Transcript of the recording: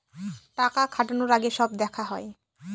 টাকা খাটানোর আগে সব দেখা হয়